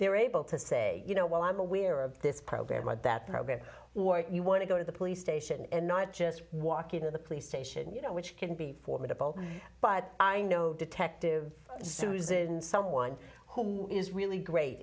they're able to say you know what i'm aware of this program but that program or you want to go to the police station and not just walk into the police station you know which can be formidable but i know detective susan someone who is really great